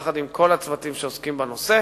יחד עם כל הצוותים שעוסקים בנושא.